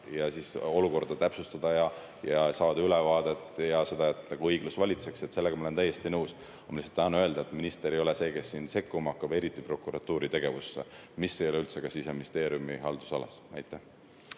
ja olukorda täpsustada ja saada ülevaadet ja [saavutada] seda, et õiglus valitseks. Sellega ma olen täiesti nõus. Ma lihtsalt tahan öelda, et minister ei ole see, kes siin sekkuma hakkab, eriti prokuratuuri tegevusse, mis ei ole üldse ka Siseministeeriumi haldusalas. Aitäh!